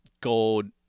gold